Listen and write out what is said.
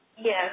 Yes